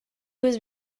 was